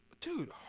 Dude